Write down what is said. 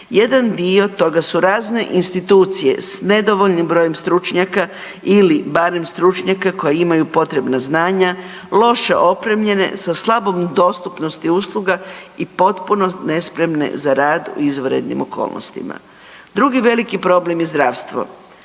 Jedan dio toga su razne institucije s nedovoljnim brojem stručnjaka ili barem stručnjaka koji imaju potrebna znanja, loše opremljene sa slabom dostupnosti usluga i potpuno nespremne za rad u izvanrednim okolnostima. Drugi veliki problem je zdravstvo.